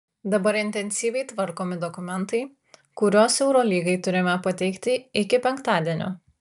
dabar intensyviai tvarkomi dokumentai kuriuos eurolygai turime pateikti iki penktadienio